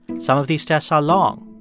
some of these tests are long.